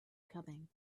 coming